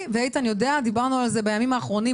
איתן יודע כי דיברנו על זה לא מעט בימים האחרונים,